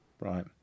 right